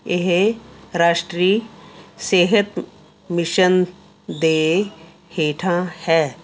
ਇਹ ਰਾਸ਼ਟਰੀ ਸਿਹਤ ਮਿਸ਼ਨ ਦੇ ਹੇਠਾਂ ਹੈ